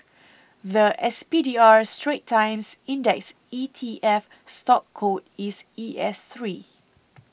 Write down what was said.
the S P D R Straits Times Index E T F stock code is E S three